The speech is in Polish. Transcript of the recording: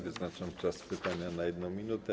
Wyznaczam czas pytania na 1 minutę.